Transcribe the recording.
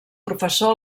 professor